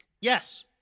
Yes